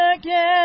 Again